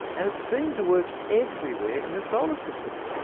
and it seemed to work everywhere in the solar system.